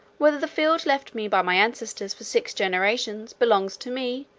whether the field left me by my ancestors for six generations belongs to me,